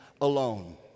alone